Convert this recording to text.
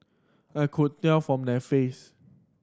I could tell from their face